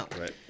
right